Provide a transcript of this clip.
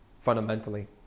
Fundamentally